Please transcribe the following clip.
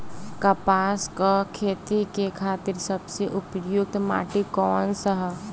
कपास क खेती के खातिर सबसे उपयुक्त माटी कवन ह?